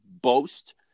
boast